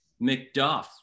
McDuff